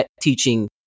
teaching